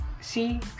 see